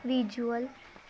visual